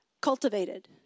cultivated